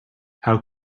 how